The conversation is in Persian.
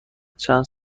چند